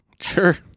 Sure